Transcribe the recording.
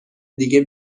دیگه